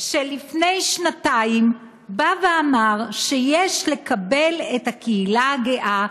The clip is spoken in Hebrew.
שלפני שנתיים אמר שיש לקבל את הקהילה הגאה,